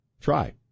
Try